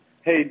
Hey